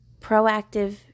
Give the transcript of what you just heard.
proactive